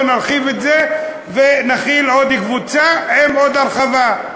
בוא נרחיב את זה ונחיל עוד קבוצה עם עוד הרחבה.